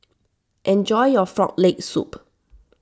enjoy your Frog Leg Soup